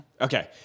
okay